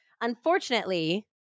Unfortunately